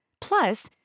Plus